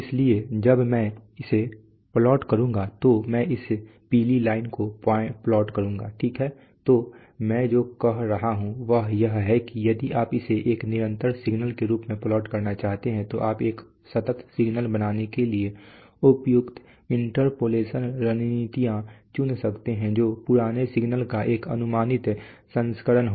इसलिए जब मैं इसे प्लॉट करूंगा तो मैं इस पीली लाइन को प्लॉट करूंगा ठीक है तो मैं जो कह रहा हूं वह यह है कि यदि आप इसे एक निरंतर सिग्नल के रूप में प्लॉट करना चाहते हैं तो आप एक सतत सिग्नल बनाने के लिए उपयुक्त इंटरपोलेशन रणनीतियां चुन सकते हैं जो पुराने सिग्नल का एक अनुमानित संस्करण हो